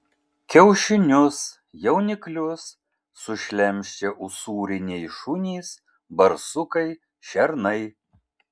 kiaušinius jauniklius sušlemščia usūriniai šunys barsukai šernai